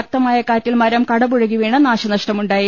ശക്തമായ കാറ്റിൽ മരം കടപുഴകി വീണ് നാശനഷ്ടമുണ്ടായി